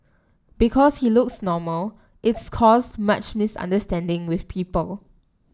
because he looks normal it's caused much misunderstanding with people